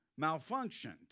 malfunctioned